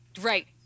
right